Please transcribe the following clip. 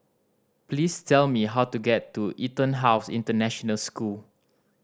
please tell me how to get to EtonHouse International School